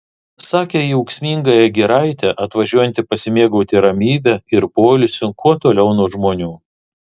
sakė į ūksmingąją giraitę atvažiuojanti pasimėgauti ramybe ir poilsiu kuo toliau nuo žmonių